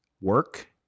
Work